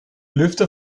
lüfter